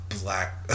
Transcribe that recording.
Black